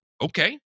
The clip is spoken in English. Okay